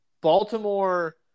Baltimore